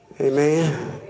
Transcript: Amen